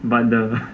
but the